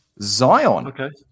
Zion